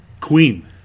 Queen